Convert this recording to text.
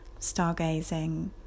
stargazing